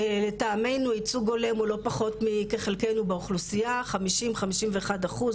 לטעמנו ייצוג הולם הוא לא פחות מכחלקנו באוכלוסייה - 50-51 אחוזים,